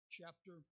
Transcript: chapter